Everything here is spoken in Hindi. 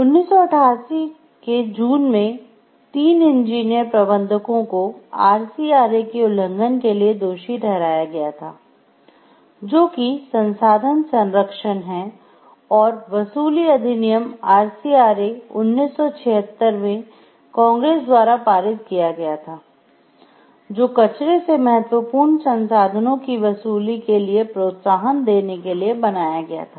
1988 के जून में तीन इंजीनियर प्रबंधकों को RCRA के उल्लंघन के लिए दोषी ठहराया गया था जो कि संसाधन संरक्षण है और वसूली अधिनियम RCRA 1976 में कांग्रेस द्वारा पारित किया गया था जो कचरे से महत्वपूर्ण संसाधनों की वसूली के लिए प्रोत्साहन देने के लिए बनाया गया था